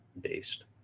based